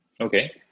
Okay